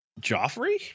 Joffrey